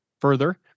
Further